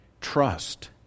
trust